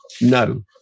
no